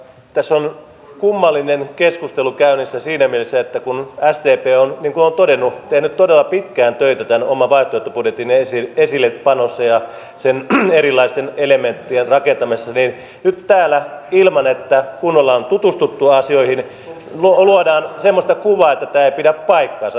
tässä on kummallinen keskustelu käynnissä siinä mielessä että kun sdp niin kuin olen todennut on tehnyt todella pitkään töitä tämän oman vaihtoehtobudjetin esillepanossa ja sen erilaisten elementtien rakentamisessa niin nyt täällä ilman että kunnolla on tutustuttu asioihin luodaan semmoista kuvaa että tämä ei pidä paikkaansa